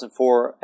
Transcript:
2004